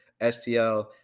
STL